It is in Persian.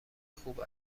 خوب